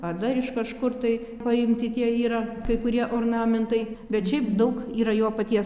ar dar iš kažkur tai paimti tie yra kai kurie ornamentai bet šiaip daug yra jo paties